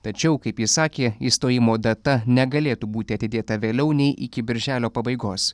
tačiau kaip ji sakė išstojimo data negalėtų būti atidėta vėliau nei iki birželio pabaigos